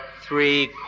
three